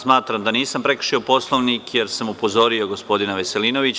Smatram da nisam prekršio Poslovnik jer sam upozorio gospodina Veselinovića.